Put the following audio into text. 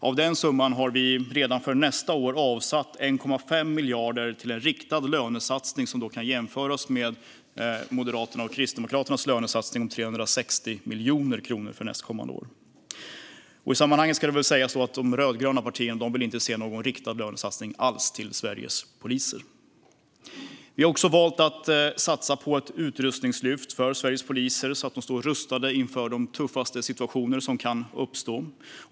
Av den summan har vi redan för nästa år avsatt 1,5 miljarder till en riktad lönesatsning, som då kan jämföras med Moderaternas och Kristdemokraternas lönesatsning om 360 miljoner kronor för nästkommande år. I sammanhanget ska det sägas att de rödgröna partierna inte vill se någon riktad lönesatsning alls till Sveriges poliser. Vi har också valt att satsa på ett utrustningslyft för Sveriges poliser, så att de står rustade inför de tuffaste situationer som kan uppstå.